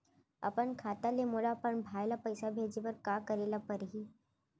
अपन खाता ले मोला अपन भाई ल पइसा भेजे बर का करे ल परही?